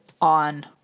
on